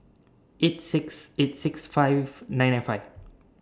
eight six eight six five nine nine five